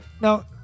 Now